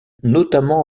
notamment